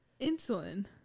insulin